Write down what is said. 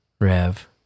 Rev